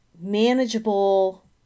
manageable